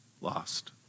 lost